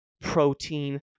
protein